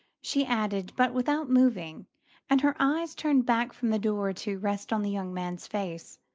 she added, but without moving and her eyes turned back from the door to rest on the young man's face.